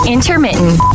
Intermittent